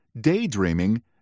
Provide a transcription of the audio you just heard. daydreaming